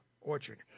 orchard